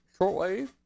shortwave